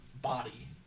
body